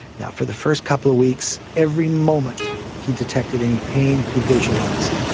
yeah for the first couple of weeks, every moment he detected any pain, he visualised.